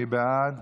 מי בעד?